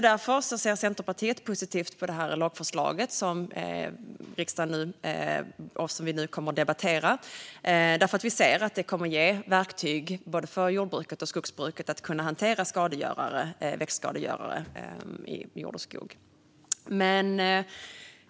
Därför ser Centerpartiet positivt på lagförslaget som riksdagen nu kommer att debattera. Vi ser att det kommer att ge verktyg för både jordbruket och skogsbruket att kunna hantera växtskadegörare i jord och skog.